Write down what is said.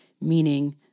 meaning